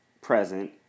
present